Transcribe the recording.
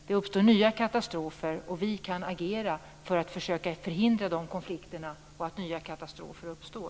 Det uppstår nya katastrofer, och vi kan agera för att försöka att förhindra dessa konflikter och att nya katastrofer uppstår.